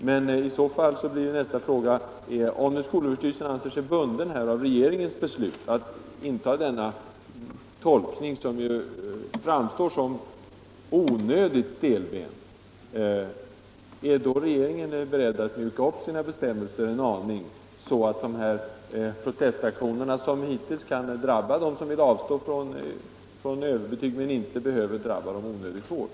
Men i så fall blir nästa fråga: Om skolöverstyrelsen anser sig bunden av regeringens beslut att anta denna tolkning — som ju framstår som onödigt stelbent — är då regeringen beredd att mjuka upp sina bestämmelser en aning, så att de protestaktioner som hittills har kunnat drabba dem som velat avstå från överbetyg inte skall behöva drabba dem onödigt hårt?